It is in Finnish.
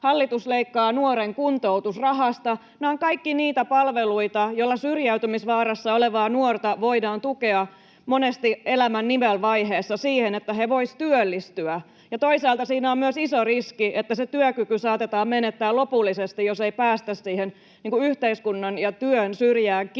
hallitus leikkaa nuoren kuntoutusrahasta. Nämä ovat kaikki niitä palveluita, joilla syrjäytymisvaarassa olevaa nuorta voidaan tukea monesti elämän nivelvaiheessa siihen, että he voisivat työllistyä, ja toisaalta siinä on myös iso riski, että se työkyky saatetaan menettää lopullisesti, jos ei päästä siihen yhteiskunnan ja työn syrjään kiinni.